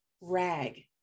rag